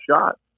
shot